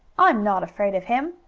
i'm not afraid of him,